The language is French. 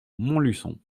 montluçon